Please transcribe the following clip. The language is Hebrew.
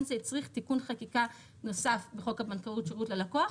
זה הצריך תיקון חקיקה נוסף בחוק הבנקאות (שירות ללקוח),